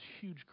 huge